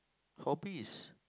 hobbies